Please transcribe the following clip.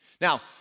Now